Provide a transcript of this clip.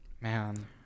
Man